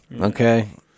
Okay